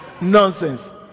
Nonsense